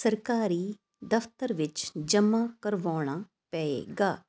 ਸਰਕਾਰੀ ਦਫਤਰ ਵਿੱਚ ਜਮ੍ਹਾਂ ਕਰਵਾਉਣਾ ਪਏਗਾ